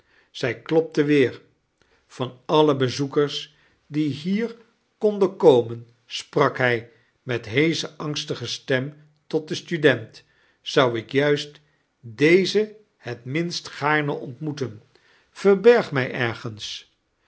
zij kjopte weer van all bezoekers die hier konden kranien sprak hij met heesche angstige stem tot den student zou ik juist deze het minst gaarne ontmoeten verberg mij ergens